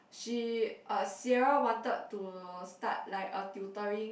she uh Sierra wanted to start like a tutoring